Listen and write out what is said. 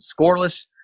scoreless